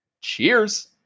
Cheers